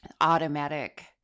automatic